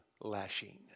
lashing